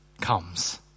comes